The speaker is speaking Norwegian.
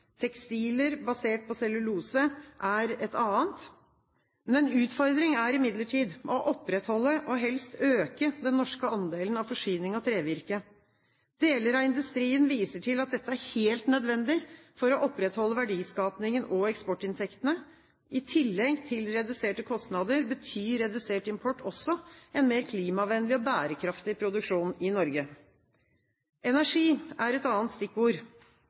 tekstiler basert på cellulose er et annet. Men én utfordring er imidlertid å opprettholde og helst øke den norske andelen av forsyningen av trevirke. Deler av industrien viser til at dette er helt nødvendig for å opprettholde verdiskapingen og eksportinntektene. I tillegg til reduserte kostnader betyr redusert import også en mer klimavennlig og bærekraftig produksjon i Norge. Energi er et annet stikkord